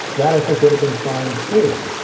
that i think would have been fine, too.